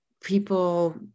people